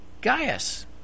Gaius